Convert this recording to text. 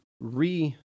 re